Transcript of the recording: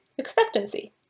expectancy